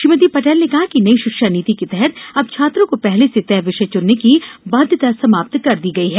श्रीमती पटेल ने कहा कि नई शिक्षा नीति के तहत अब छात्रों को पहले से तय विषय चुनने की बाध्यता समाप्त कर दी गयी है